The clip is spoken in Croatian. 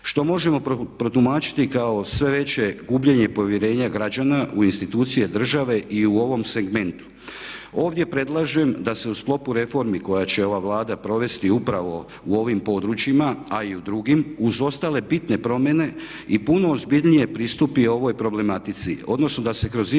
Što možemo protumačiti kao sve veće gubljenje povjerenja građana u institucije države i u ovom segmentu. Ovdje predlažem da se u sklopu reformi koje će ova Vlada provesti upravo u ovim područjima, a i u drugim, uz ostale bitne promjene i puno ozbiljnije pristupi ovoj problematici odnosno da se kroz izmjenu